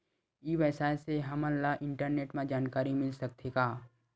ई व्यवसाय से हमन ला इंटरनेट मा जानकारी मिल सकथे का?